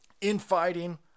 Infighting